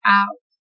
out